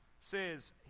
says